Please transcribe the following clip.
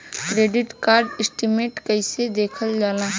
Credit card statement कइसे देखल जाला?